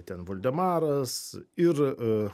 ten voldemaras ir